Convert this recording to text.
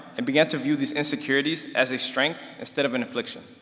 and began to view these insecurities as a strength, instead of an affliction.